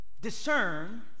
discern